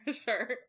Sure